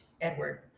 Edward